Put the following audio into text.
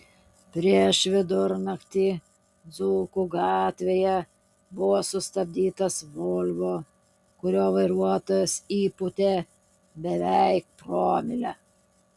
prieš vidurnaktį dzūkų gatvėje buvo sustabdytas volvo kurio vairuotojas įpūtė beveik promilę